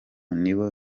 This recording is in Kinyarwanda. nibo